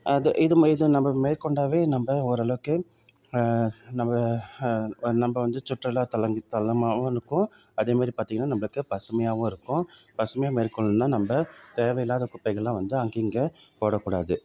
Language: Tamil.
அது இது ம இது நம்ம மேற்கொண்டாவே நம்ம ஓரளவுக்கு நம்ப நம்ம வந்து சுற்றுலாத்தல தலமாகவும் இருக்கும் அதேமாதிரி பார்த்தீங்கன்னா நம்மளுக்கு பசுமையாகவும் இருக்கும் பசுமையாக மேற்கொள்ளணுன்னா நம்ம தேவையில்லாத குப்பைகளை வந்து அங்கே இங்கே போடக்கூடாது